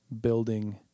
building